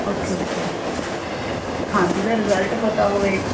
okay okay ਹਾਂਜੀ ਇਹਦਾ result ਪਤਾ ਹੋਵੇ